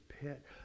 pit